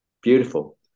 Beautiful